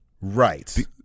right